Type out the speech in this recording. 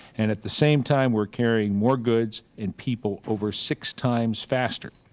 and, at the same time, we are carrying more goods and people over six times faster.